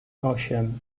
osiem